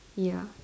ya